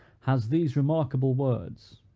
has these remarkable words